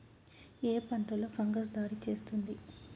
ఏ పంటలో ఫంగస్ దాడి చేస్తుంది?